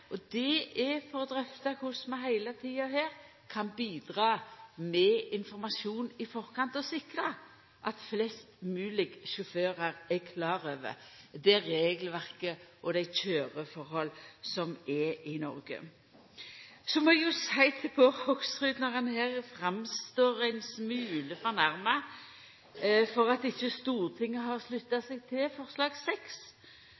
og det er for å drøfta korleis vi heile tida kan bidra med informasjon i forkant og sikra at flest mogleg sjåførar er klare over det regelverket og dei køyreforholda som er i Noreg. Så må eg seia til Bård Hoksrud når han her framstår ein smule fornærma for at ikkje Stortinget har slutta